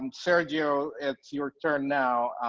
um sergio it's your turn now.